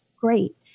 great